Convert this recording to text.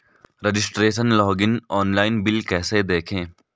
Registration login online bill कैसे देखें?